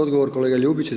Odgovor kolega Ljubić.